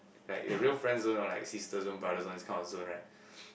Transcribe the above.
like the real friend zone like sister zone brother zone this kind of zone right